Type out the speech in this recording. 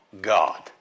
God